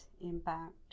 impact